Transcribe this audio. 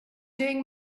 doing